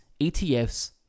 ETFs